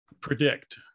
predict